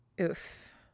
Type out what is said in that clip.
oof